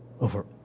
over